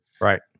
right